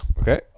Okay